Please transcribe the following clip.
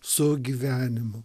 su gyvenimu